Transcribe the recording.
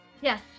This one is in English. Yes